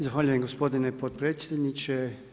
Zahvaljujem gospodine potpredsjedniče.